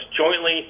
jointly